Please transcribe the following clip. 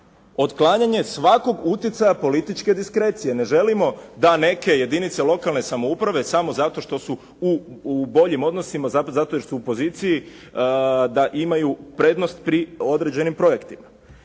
Otklanjanje svakog utjecaja političke diskrecije. Ne želimo da neke jedinice lokalne samouprave samo zato što su u boljim odnosima zato jer su u poziciji da imaju prednost pri određenim projektima.